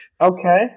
Okay